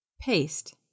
Paste